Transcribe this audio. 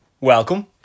welcome